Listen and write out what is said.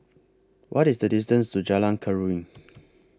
What IS The distance to Jalan Keruing